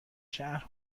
شهر